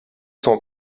cent